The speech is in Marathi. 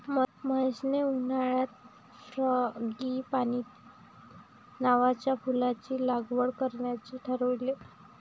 महेशने उन्हाळ्यात फ्रँगीपानी नावाच्या फुलाची लागवड करण्याचे ठरवले